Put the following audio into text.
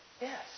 yes